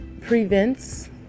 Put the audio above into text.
prevents